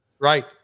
Right